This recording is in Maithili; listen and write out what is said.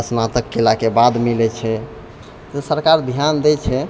स्नातक कयलाके बाद मिलै छै तऽ सरकार ध्यान दै छै